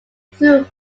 threw